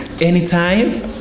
Anytime